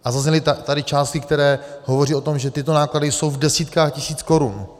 A zazněly tady částky, které hovoří o tom, že tyto náklady jsou v desítkách tisíc korun.